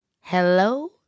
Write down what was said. hello